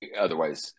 otherwise